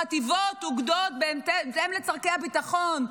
חטיבות, אוגדות, בהתאם לצורכי הביטחון.